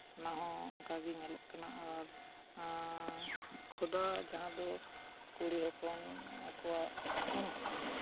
ᱚᱱᱟ ᱦᱚᱸ ᱚᱱᱠᱟᱜᱮ ᱧᱮᱞᱚᱜ ᱠᱟᱱᱟ ᱟᱨ ᱠᱷᱚᱫᱟ ᱡᱟᱦᱟᱸ ᱫᱚ ᱠᱩᱲᱤ ᱦᱚᱯᱚᱱ ᱟᱠᱚᱣᱟᱜ